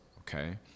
Okay